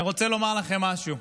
אני רוצה לומר לכם משהו.